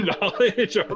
knowledge